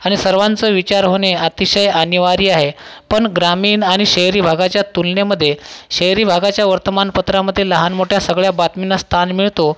आणि सर्वांचा विचार होणे अतिशय अनिर्वाय आहे पण ग्रामीण आणि शहरी भागाच्या तुलनेमध्ये शहरी भागाच्या वर्तमानपत्रामधे लहान मोठ्या सगळ्या बातम्यांना स्थान मिळतो